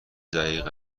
دقیقه